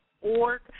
org